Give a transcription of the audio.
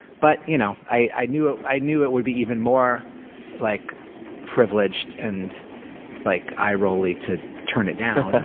but you know i knew ah i knew it would be even more like privileged and like eye-rolly to turn it down.